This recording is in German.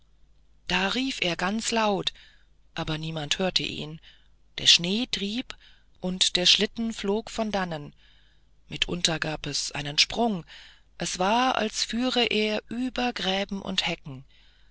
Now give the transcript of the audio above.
da rief er ganz laut aber niemand hörte ihn der schnee trieb und der schlitten flog von dannen mitunter gab es einen sprung es war als führe er über gräben und hecken